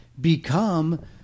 Become